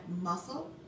muscle